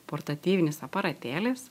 portatyvinis aparatėlis